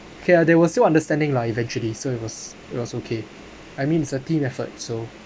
K ah they were still understanding lah eventually so it was it was okay I mean it's a team effort so